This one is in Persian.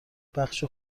بخش